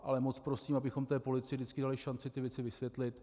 Ale moc prosím, abychom policii vždycky dali šanci ty věci vysvětlit.